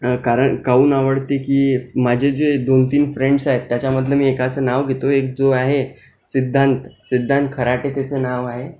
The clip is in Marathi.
कारण काहून आवडते की माझे जे दोन तीन फ्रेंड्स आहेत त्याच्यामधलं मी एकाचं नाव घेतो एक जो आहे सिद्धांत सिद्धांत खराटे त्याचं नाव आहे